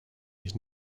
his